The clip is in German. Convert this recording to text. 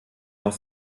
noch